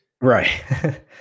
Right